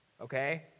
okay